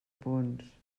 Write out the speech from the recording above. punts